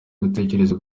gutekereza